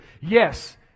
Yes